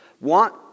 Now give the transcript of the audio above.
want